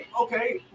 Okay